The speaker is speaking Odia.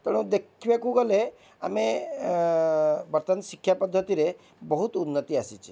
ତେଣୁ ଦେଖିବାକୁ ଗଲେ ଆମେ ବର୍ତ୍ତମାନ ଶିକ୍ଷା ପଦ୍ଧତିରେ ବହୁତ ଉନ୍ନତି ଆସିଛି